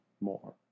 more